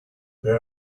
there